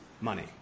money